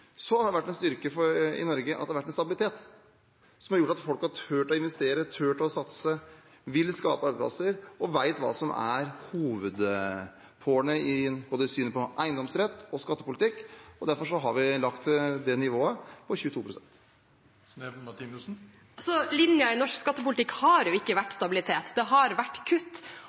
har det vært en styrke i Norge at det har vært stabilitet, som har gjort at folk har turt å investere, turt å satse, vil skape arbeidsplasser og vet hva som er hovedpålene i synet på både eiendomsrett og skattepolitikk. Derfor har vi lagt det nivået på 22 pst. Linjen i norsk skattepolitikk har ikke vært stabilitet. Den har vært kutt.